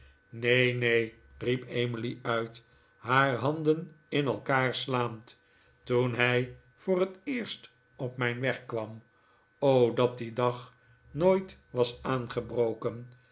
neen neen riep emily uit haar handen in elkaar slaand toen hij voor het eerst op mijn weg kwam o dat die dag nooit was aangebroken